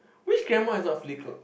which grandma is not fully clothed